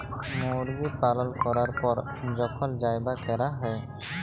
মুরগি পালল ক্যরার পর যখল যবাই ক্যরা হ্যয়